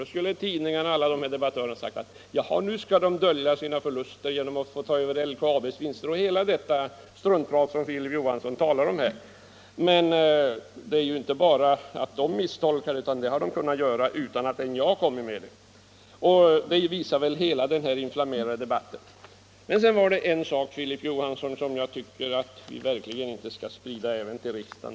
Då skulle tidningarna och alla debattörer ha sagt att nu skall de dölja sina förluster genom att ta över LKAB:s vinster — allt detta struntprat som Filip Johansson talar om här. Men sådana misstolkningar kan ju göras utan att LKAB kommer med -— det visar väl hela den här inflammerade debatten. Sedan var det en sak, Filip Johansson, som jag tycker att vi verkligen inte skall sprida även till riksdagen.